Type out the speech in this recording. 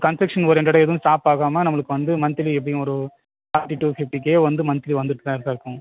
construction ஓரியண்டடாக எதுவும் stop ஆகாமல் நம்மளுக்கு வந்து மன்த்லி எப்படியும் ஒரு ஃபாட்டி டு ஃபிஃப்ட்டி கே வந்து மன்த்லி வந்துகிட்டு தான் சார் இருக்கும்